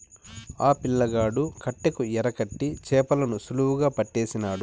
ఆ పిల్లగాడు కట్టెకు ఎరకట్టి చేపలను సులువుగా పట్టేసినాడు